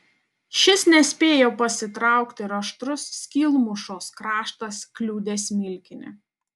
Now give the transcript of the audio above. šis nespėjo pasitraukti ir aštrus skylmušos kraštas kliudė smilkinį